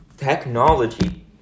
Technology